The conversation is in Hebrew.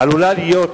שעלולה להיות